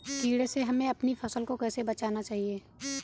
कीड़े से हमें अपनी फसल को कैसे बचाना चाहिए?